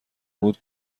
بود